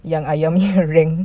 yang ayam punya rank